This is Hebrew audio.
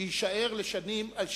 שיישאר לשנים על שמך.